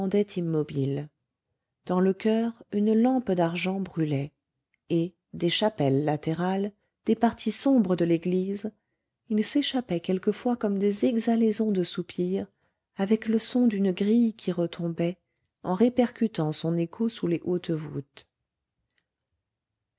immobiles dans le choeur une lampe d'argent brûlait et des chapelles latérales des parties sombres de l'église il s'échappait quelquefois comme des exhalaisons de soupirs avec le son d'une grille qui retombait en répercutant son écho sous les